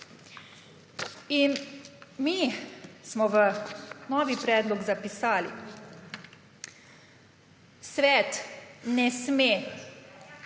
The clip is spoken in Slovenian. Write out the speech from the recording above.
Mi smo v novi predlog zapisali: »Svet ne sme